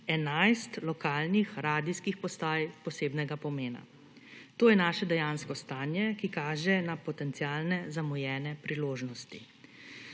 11 lokalnih radijskih postaj posebnega pomena. To je naše dejansko stanje, ki kaže na potencialne zamujene priložnosti.